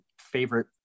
favorite